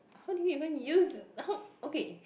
how do you even use okay